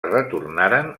retornaren